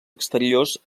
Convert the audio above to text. exteriors